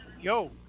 Yo